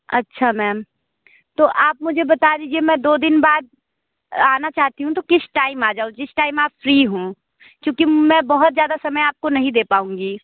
अच्छा मैम तो आप मुझे बता दीजिए मैं दो दिन बाद आना चाहती हूं तो किस टाइम आ जाऊं जिस टाइम आप फ्री हो क्योंकि मैं बहुत ज़्यादा समय आपको नहीं दे पाऊंगी